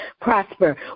Prosper